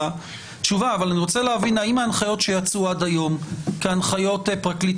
אני רוצה להבין האם ההנחיות שיצאו עד היום כהנחיות פרקליט